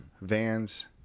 Vans